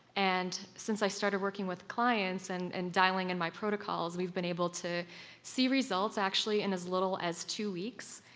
and since i started working with clients and and dialing in my protocols, we've been able to see results actually in as little as two weeks,